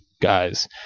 guys